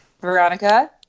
Veronica